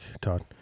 Todd